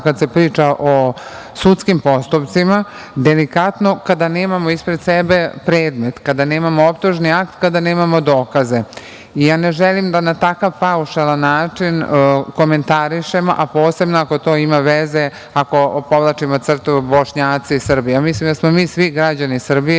kad se priča o sudskim postupcima, delikatno kada nemamo ispred sebe predmet, kada nemamo optužno akt, kada nemamo dokaze. Ne želim da na takav paušalan način komentarišem, a posebno ako to ima veze, ako povlačimo crtu Bošnjaci i Srbi. Mislim da smo mi svi građani Srbije